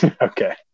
Okay